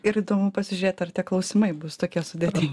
ir įdomu pasižiūrėt ar tie klausimai bus tokie sudėtingi